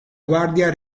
guardia